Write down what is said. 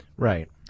Right